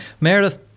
Meredith